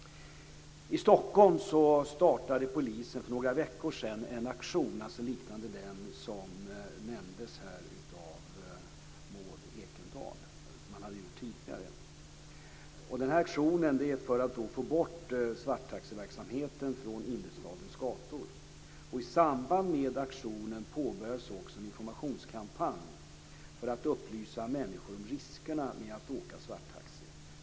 I Stockholm startade polisen för några veckor sedan en aktion liknande den tidigare aktion som nämndes av Maud Ekendahl. Den nu aktuella aktionen syftar till att få bort svarttaxiverksamheten från huvudstadens gator. I samband med aktionen påbörjades också en informationskampanj för att upplysa människor om riskerna med att åka svarttaxi.